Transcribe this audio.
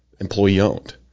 employee-owned